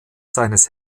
seines